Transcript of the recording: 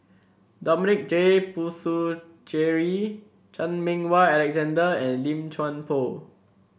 Dominic J Puthucheary Chan Meng Wah Alexander and Lim Chuan Poh